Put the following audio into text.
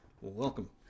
welcome